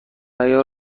عیار